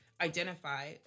identify